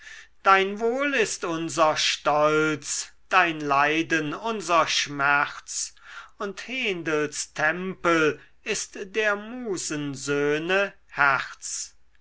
dein wohl ist unser stolz dein leiden unser schmerz und hendels tempel ist der musensöhne herz